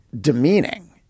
demeaning